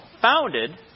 Founded